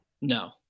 No